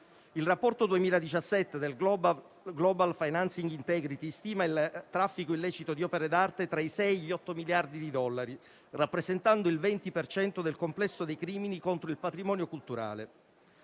Il rapporto 2017 del Global financial integrity stima il traffico illecito di opere d'arte tra i sei e gli otto miliardi di dollari, rappresentando il 20 per cento del complesso dei crimini contro il patrimonio culturale.